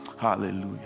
Hallelujah